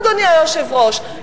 אדוני היושב-ראש,